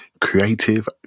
Creative